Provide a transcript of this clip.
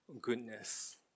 goodness